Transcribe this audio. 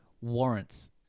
warrants